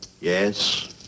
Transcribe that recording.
Yes